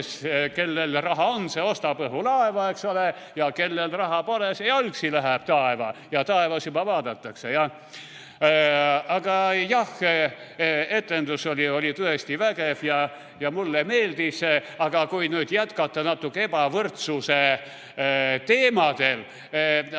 kellel raha on, see ostab õhulaeva, eks ole, ja kellel raha pole, see jalgsi läheb taeva, ja taevas juba vaadatakse, jah. Aga jah, etendus oli tõesti vägev ja mulle meeldis, aga kui nüüd jätkata natuke ebavõrdsuse teemadel,